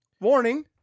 Warning